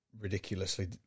ridiculously